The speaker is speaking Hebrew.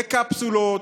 בקפסולות,